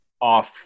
off